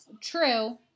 True